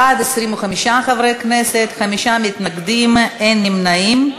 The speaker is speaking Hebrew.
בעד, 25 חברי כנסת, חמישה מתנגדים, אין נמנעים.